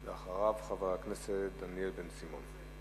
אחריו, חבר הכנסת דניאל בן-סימון.